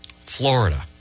Florida